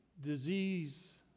disease